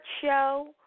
show